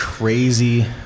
crazy